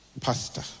pastor